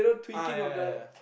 ah ya ya ya